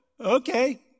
okay